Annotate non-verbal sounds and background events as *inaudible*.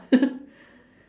*laughs*